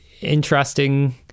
interesting